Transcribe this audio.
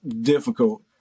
difficult